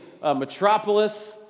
Metropolis